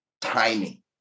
timing